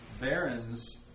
barons